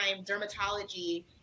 dermatology